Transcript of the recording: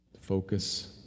focus